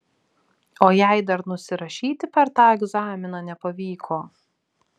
o jei dar nusirašyti per tą egzaminą nepavyko